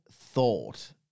thought